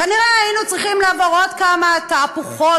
כנראה היינו צריכים לעבור עוד כמה תהפוכות